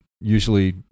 usually